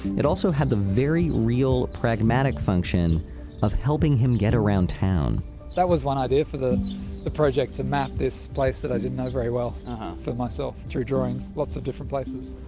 it also had the very real pragmatic function of helping him get around town that was one idea for the the project, to map this place that i didn't know very well for myself, through drawing. lots of different places.